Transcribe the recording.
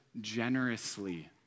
generously